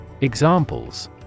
Examples